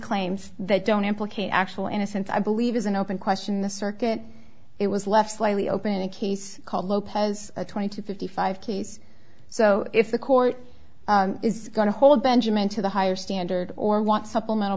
claims that don't implicate actual innocence i believe is an open question in the circuit it was left slightly open a case called lopez a twenty to fifty five case so if the court is going to hold benjamin to the higher standard or want supplemental